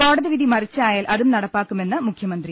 കോട തിവിധി മറിച്ചായാൽ അതും നടപ്പാക്കുമെന്ന് മുഖ്യമന്ത്രി